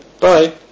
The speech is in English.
bye